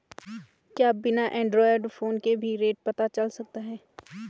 क्या बिना Android phone के भी रेट पता चल सकता है?